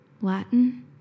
Latin